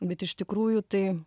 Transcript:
bet iš tikrųjų tai